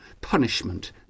punishment